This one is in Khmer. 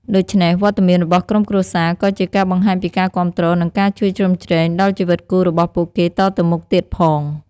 ដូច្នេះ វត្តមានរបស់ក្រុមគ្រួសារក៏ជាការបង្ហាញពីការគាំទ្រ និងការជួយជ្រោមជ្រែង ដល់ជីវិតគូរបស់ពួកគេតទៅមុខទៀតផង។